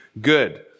good